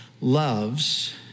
loves—